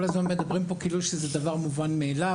כל הזמן מדברים כאן כאילו זה דבר מובן מאליו